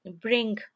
bring